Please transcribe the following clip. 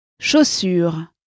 Chaussures